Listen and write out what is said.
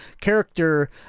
character